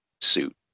Suit